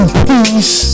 peace